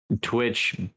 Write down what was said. Twitch